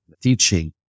teaching